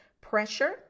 pressure